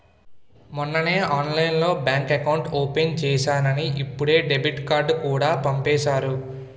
మొన్నే ఆన్లైన్లోనే bank account open చేసేసానని ఇప్పుడే డెబిట్ కార్డుకూడా పంపేసారు